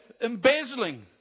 embezzling